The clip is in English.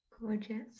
Gorgeous